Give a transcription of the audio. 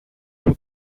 από